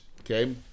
okay